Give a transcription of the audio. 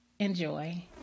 Enjoy